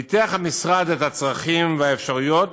ניתח המשרד את הצרכים והאפשרויות